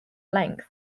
length